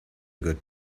good